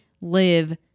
live